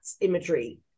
imagery